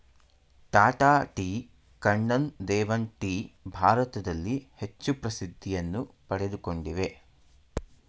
Tata tea, Kanan Devan tea ಭಾರತದಲ್ಲಿ ಹೆಚ್ಚು ಪ್ರಸಿದ್ಧಿಯನ್ನು ಪಡಕೊಂಡಿವೆ